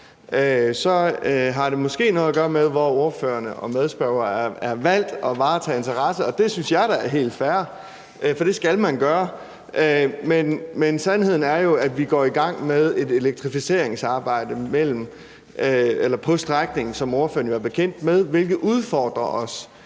har det måske noget at gøre med, hvor spørgeren og medspørgeren er valgt og varetager deres interesser, og det synes jeg da er helt fair, for det skal man gøre. Men sandheden er jo, at vi går i gang med et elektrificeringsarbejde på strækningen, som ordføreren er bekendt med, hvilket udfordrer os